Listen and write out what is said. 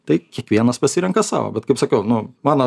tai kiekvienas pasirenka savo bet kaip sakiau nu mano